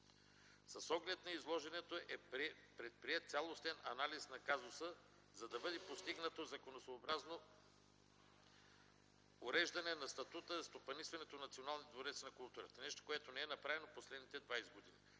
С оглед на изложеното е предприет цялостен анализ на казуса, за да бъде постигнато законосъобразно уреждане на статута и стопанисването на Националния дворец на културата – нещо, което не е направено през последните 20 години.